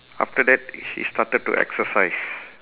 after that he started to exercise